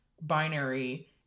binary